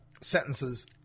sentences